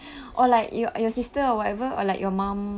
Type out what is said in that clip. or like your your sister or whatever or like your mum